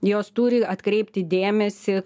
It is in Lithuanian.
jos turi atkreipti dėmesį